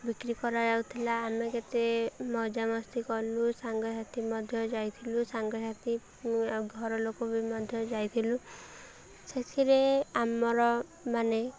ବିକ୍ରି କରାଯାଉଥିଲା ଆମେ କେତେ ମଜାମସ୍ତି କଲୁ ସାଙ୍ଗସାଥି ମଧ୍ୟ ଯାଇଥିଲୁ ସାଙ୍ଗସାଥି ଘରଲୋକ ବି ମଧ୍ୟ ଯାଇଥିଲୁ ସେଥିରେ ଆମର ମାନେ